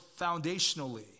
foundationally